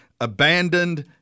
abandoned